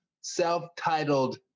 self-titled